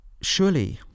surely